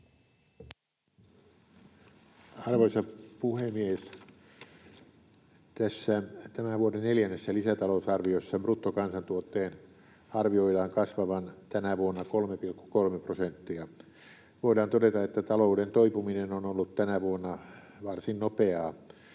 Arvoisa puhemies! Tässä tämän vuoden neljännessä lisäta-lousarviossa bruttokansantuotteen arvioidaan kasvavan tänä vuonna 3,3 prosenttia. Voidaan todeta, että talouden toipuminen on ollut tänä vuonna varsin nopeaa.